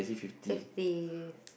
fifty